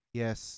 yes